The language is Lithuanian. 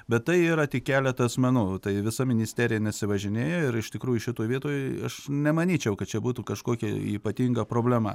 bet tai yra tik keleta asmenų tai visa ministerija nesivažinėja ir iš tikrųjų šitoj vietoj aš nemanyčiau kad čia būtų kažkokia ypatinga problema